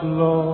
Lord